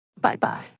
Bye-bye